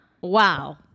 wow